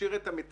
איזשהו תהליך.